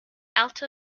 alto